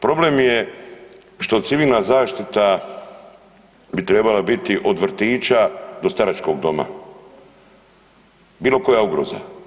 Problem je što civilna zaštita bi trebala biti od vrtića do staračkog doma, bilo koja ugroza.